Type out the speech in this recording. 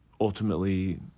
ultimately